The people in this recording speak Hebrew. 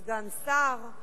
סגן שר,